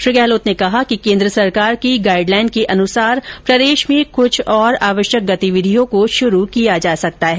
श्री गहलोत ने कहा कि केंद्र सरकार की गाइडलाइन के अनुरूप प्रदेश में कुछ और आवश्यक गतिविधियों को शुरू किया जा सकता है